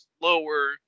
lower